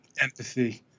empathy